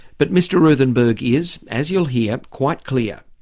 but mr ruthenberg is, as you'll hear, quite clear.